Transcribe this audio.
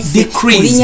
decrease